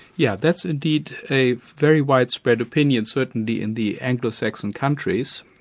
yeah that's indeed a very widespread opinion, certainly in the anglo saxon countries,